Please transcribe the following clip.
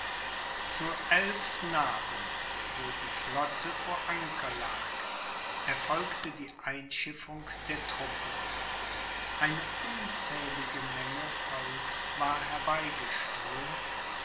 zu elfsnaben wo die flotte vor anker lag erfolgte die einschiffung der truppen eine unzählige menge volks war